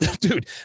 dude